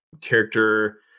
character